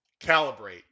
Calibrate